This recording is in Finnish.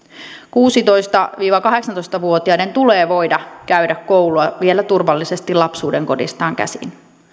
kuusitoista viiva kahdeksantoista vuotiaiden tulee voida käydä koulua vielä turvallisesti lapsuudenkodistaan käsin